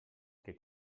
que